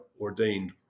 ordained